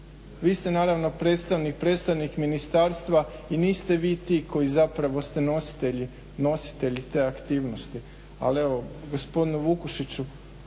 vi ste predstavnik ministarstva i niste vi ti koji ste nositelji te aktivnosti, ali evo gospodine Vukšiću